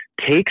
takes